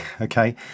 okay